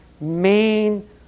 main